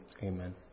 Amen